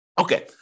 Okay